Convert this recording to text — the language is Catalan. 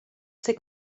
ser